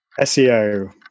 seo